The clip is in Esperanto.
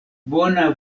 bona